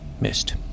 missed